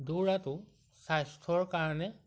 দৌৰাটো স্বাস্থ্যৰ কাৰণে